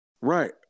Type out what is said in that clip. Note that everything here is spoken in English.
right